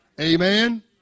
Amen